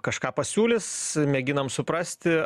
kažką pasiūlys mėginam suprasti